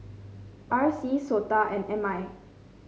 R C SOTA and M I